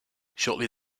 shortly